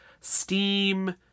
steam